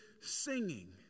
singing